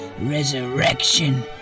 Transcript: Resurrection